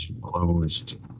closed